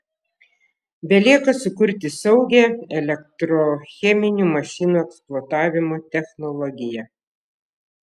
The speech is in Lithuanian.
belieka sukurti saugią elektrocheminių mašinų eksploatavimo technologiją